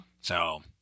So-